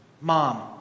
Mom